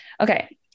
Okay